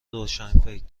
روشنفکر